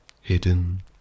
hidden